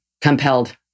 compelled